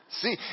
See